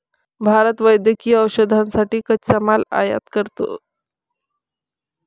भारत वैद्यकीय औषधांसाठी कच्चा माल आयात करतो